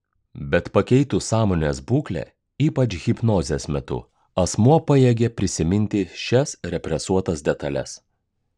bet pakeitus sąmonės būklę ypač hipnozės metu asmuo pajėgia prisiminti šias represuotas detales